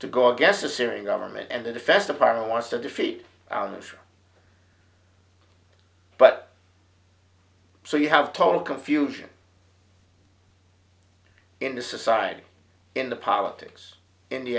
to go against the syrian government and the defense department wants to defeat but so you have total confusion in the society in the politics and